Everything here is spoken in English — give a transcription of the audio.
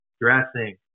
dressing